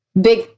big